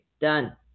Done